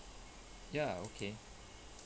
ya okay